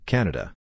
Canada